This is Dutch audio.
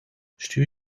stuur